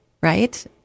right